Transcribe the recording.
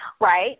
right